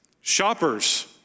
Shoppers